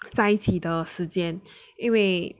在一起的时间因为